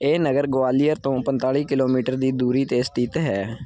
ਇਹ ਨਗਰ ਗਵਾਲੀਅਰ ਤੋਂ ਪੰਤਾਲੀ ਕਿਲੋਮੀਟਰ ਦੀ ਦੂਰੀ 'ਤੇ ਸਥਿਤ ਹੈ